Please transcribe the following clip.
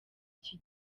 iki